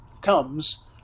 comes